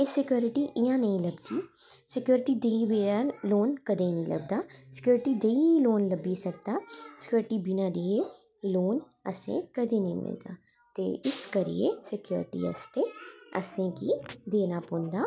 एह् स्कयोरिटी इयां नेंई लब्भदी स्कयोर्टी दे बिना लोन नेई लबभदा ऐ स्कयोर्टी देइयै लोन लब्भी सकदा ऐ स्कयोर्टी दे बिना असेंगी लोन नेंई लब्भदा ते इस करियै स्कयोरिटी आस्ते असेंगी देना पौंदा ऐ